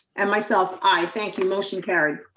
and myself, i, thank you, motion carried.